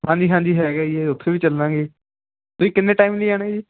ਹਾਂਜੀ ਹਾਂਜੀ ਹੈਗਾ ਜੀ ਇਹ ਉੱਥੇ ਵੀ ਚੱਲਾਂਗੇ ਤੁਸੀਂ ਕਿੰਨੇ ਟਾਈਮ ਲਈ ਆਉਣਾ ਹੈ ਜੀ